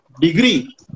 Degree